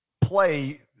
play –